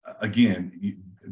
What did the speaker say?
again